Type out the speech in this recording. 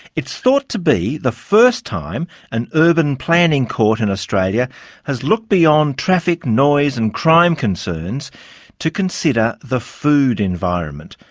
it's thought to be the first time and urban planning court in australia has looked beyond traffic noise and crime concerns to consider the food environment,